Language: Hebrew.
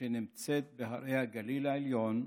שנמצאת בהרי הגליל העליון,